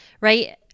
right